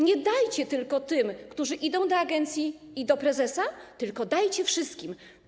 Nie dajcie tylko tym, którzy idą do agencji i do prezesa, tylko dajcie wszystkim.